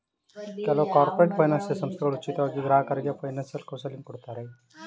ಕೆಲವು corporate financial ಸಂಸ್ಥೆಗಳು ಉಚಿತವಾಗಿ ಗ್ರಾಹಕರಿಗೆ ಫೈನಾನ್ಸಿಯಲ್ ಕೌನ್ಸಿಲಿಂಗ್ ಕೊಡ್ತಾರೆ